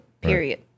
Period